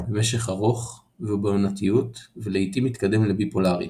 במשך ארוך ובעונתיות ולעיתים מתקדם לביפולארי.